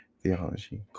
theology